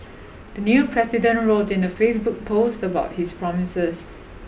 the new president wrote in a Facebook post about his promises